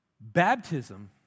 Baptism